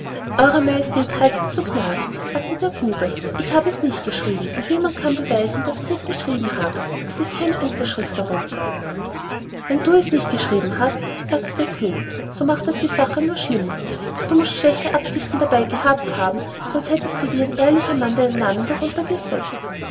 eure majestät halten zu gnaden sagte der bube ich habe es nicht geschrieben und niemand kann beweisen daß ich es geschrieben haben es ist keine unterschrift darunter wenn du es nicht unterschrieben hast sagte der könig so macht das die sache nur schlimmer du mußt schlechte absichten dabei gehabt haben sonst hättest du wie ein ehrlicher mann deinen namen darunter gesetzt